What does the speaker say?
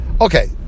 Okay